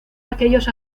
aquellos